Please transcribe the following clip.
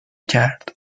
کرد